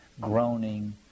groaning